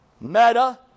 Meta